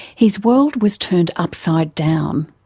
his world was turned upside down,